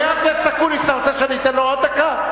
חבר הכנסת אקוניס, אתה רוצה שאני אתן לו עוד דקה?